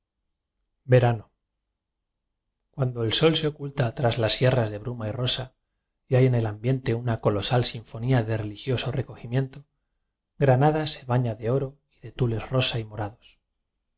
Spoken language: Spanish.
ft cuando el sol se oculta tras las sierras de bruma y rosa y hay en el ambiente una colosal sinfonía de religioso recogimiento granada se baña de oro y de tules rosa y morados